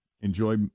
enjoy